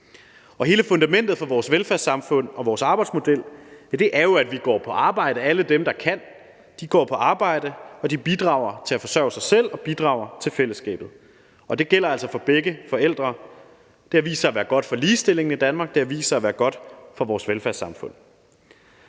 Hele fundamentet for vores velfærdssamfund og vores arbejdsmodel er jo, at vi går på arbejde, altså at alle dem, der kan, går på arbejde, og at de bidrager til at forsørge sig selv og bidrager til fællesskabet. Det gælder altså for begge forældre. Det har vist sig at være godt for ligestillingen i Danmark, det har vist sig at være godt for vores velfærdssamfund.